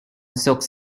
socks